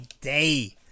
day